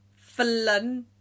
Flun